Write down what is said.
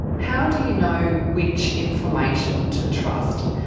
how do you know which information to trust?